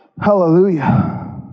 Hallelujah